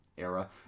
era